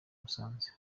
musanze